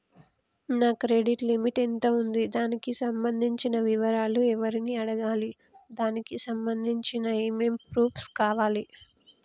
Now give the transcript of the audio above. నా credit limit ఎంత ఉంది? దానికి సంబంధించిన వివరాలు ఎవరిని అడగాలి? దానికి సంబంధించిన ఏమేం ప్రూఫ్స్ కావాలి?